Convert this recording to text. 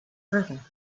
further